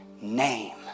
name